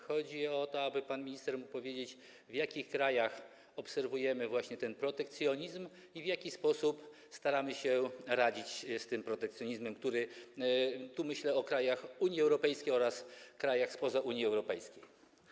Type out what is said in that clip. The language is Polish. Chodzi o to, aby pan minister mógł powiedzieć, w jakich krajach obserwujemy ten protekcjonizm i w jaki sposób staramy się radzić sobie z tym protekcjonizmem, myślę o krajach Unii Europejskiej oraz krajach spoza Unii Europejskiej.